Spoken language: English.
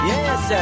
Yes